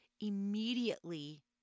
immediately